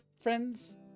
friends